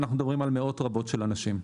אנחנו מדברים על מאות רבות של אנשים.